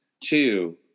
two